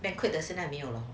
banquet 现在没有 liao